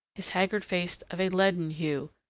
his haggard face of a leaden hue,